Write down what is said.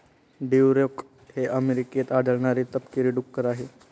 Duroc हे अमेरिकेत आढळणारे तपकिरी डुक्कर आहे